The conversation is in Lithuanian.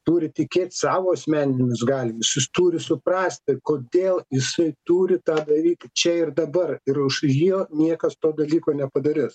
turi tikėt savo asmeninius gali visus turi suprast ir kodėl jisai turi tą daryti čia ir dabar ir už jo niekas to dalyko nepadarys